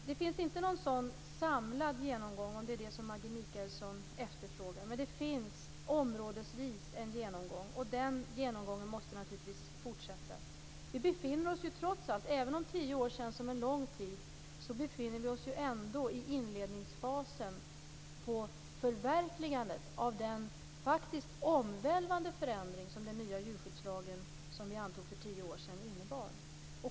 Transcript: Det finns inte någon sådan samlad genomgång, om det är det som Maggi Mikaelsson efterfrågar, men det finns en genomgång områdesvis, och den måste naturligtvis fortsätta. Även om tio år känns som en lång tid befinner vi oss ju ändå i inledningsfasen av förverkligandet av den faktiskt omvälvande förändring som den nya djurskyddslagen innebar.